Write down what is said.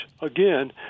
again